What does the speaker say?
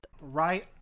right